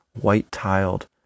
white-tiled